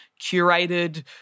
curated